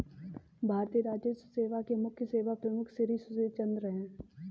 भारतीय राजस्व सेवा के मुख्य सेवा प्रमुख श्री सुशील चंद्र हैं